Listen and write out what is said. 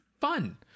Fun